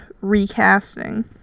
recasting